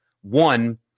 one